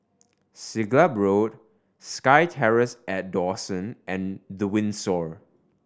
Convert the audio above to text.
Siglap Road SkyTerrace at Dawson and The Windsor